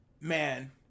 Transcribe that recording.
man